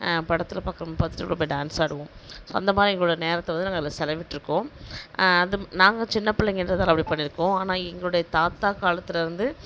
படத்தில் பார்த்துட்டு டான்ஸ் ஆடுவோம் அந்த மாதிரி எங்களோடய நேரத்தை வந்து நாங்கள் அதில் செலவிட்டிருக்கோம் அது நாங்கள் சின்ன பிள்ளைங்கன்றதால அப்ப்டி பண்ணிருப்போம் ஆனால் எங்களோடய தாத்தா காலத்திலேருந்து